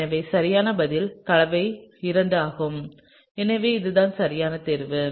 எனவே சரியான பதில் கலவை II ஆகும் எனவே இதுதான் சரியான தேர்வு